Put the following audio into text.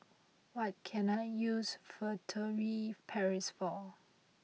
what can I use Furtere Paris for